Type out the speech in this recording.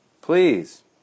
Please